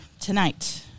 tonight